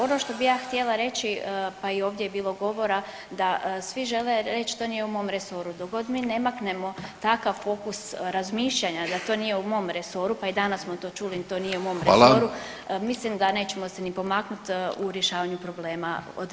Ono što bi ja htjela reći pa i ovdje je bilo govora da svi žele reći to nije u mom resoru, dok god mi ne maknemo takav fokus razmišljanja da to nije u mom resoru, pa i danas smo to čuli to nije u mom resoru [[Upadica: Hvala.]] mislim da nećemo se ni pomaknuti u rješavanju problema